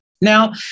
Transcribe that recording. Now